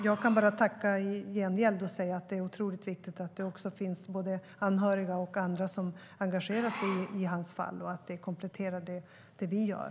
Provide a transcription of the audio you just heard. Jag kan bara tacka i gengäld och säga att det är otroligt viktigt att det finns både anhöriga och andra som engagerar sig i hans fall och att det kompletterar det vi gör.